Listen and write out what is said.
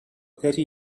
thirty